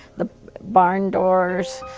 the barn doors,